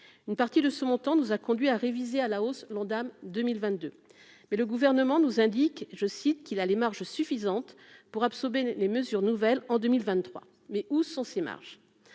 une partie de ce montant, nous a conduit à réviser à la hausse l'Ondam 2022, mais le gouvernement nous indique, je cite, qu'il allait marges suffisantes pour absorber les mesures nouvelles en 2023, mais où sont ses marges,